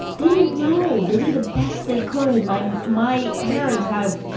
they didn't know they did the best they could. my, my parents had,